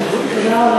גברתי היושבת-ראש,